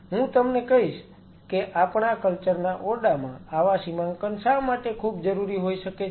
હું તમને કહીશ કે આપણા કલ્ચર ના ઓરડામાં આવા સીમાંકન શા માટે ખૂબ જરૂરી હોઈ શકે છે